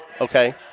okay